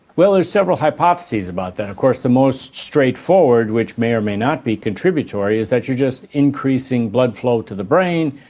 well there are several hypotheses about that. of course the most straightforward which may or may not be contributory is that you're just increasing blood flow to the brain,